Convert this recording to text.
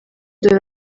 dore